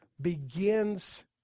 begins